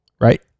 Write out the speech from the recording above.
Right